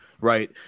Right